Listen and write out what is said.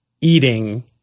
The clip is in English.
eating